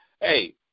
Hey